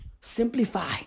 Simplify